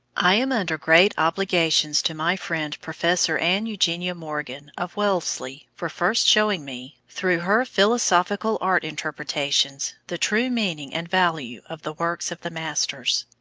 i am under great obligations to my friend professor anne eugenia morgan of wellesley for first showing me, through her philosophical art-interpretations, the true meaning and value of the works of the masters.